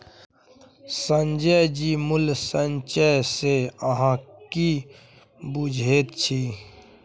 संजय जी मूल्य संचय सँ अहाँ की बुझैत छी?